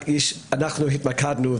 אנחנו התמקדנו,